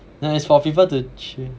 like it's for people to chil~